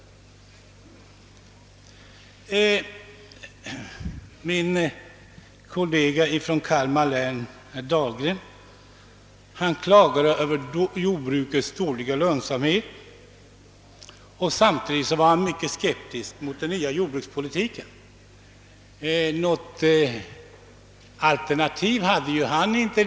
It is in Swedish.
Min kollega från Kalmar län, herr Dahlgren, klagade över jordbrukets dåliga lönsamhet. Samtidigt var han mycket skeptisk mot den nya jordbrukspolitiken.